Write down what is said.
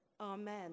Amen